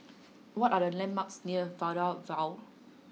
what are the landmarks near Maida Vale